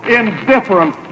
indifferent